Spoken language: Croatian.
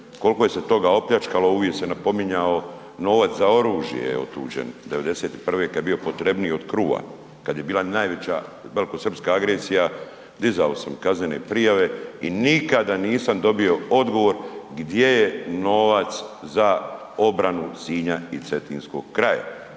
koliko se je toga opljačkalo uvijek sam napominjao novac za oružje je otuđen '91. kad je bio potrebniji od kruha, kad je bila najveća velikosrpska agresija, dizao sam kaznene prijave i nikada nisam dobio odgovor gdje je novac na obranu Sinja i Cetinskog kraja.